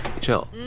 Chill